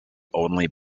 only